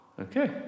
Okay